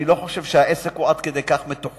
אני לא חושב שהעסק הוא עד כדי כך מתוחכם.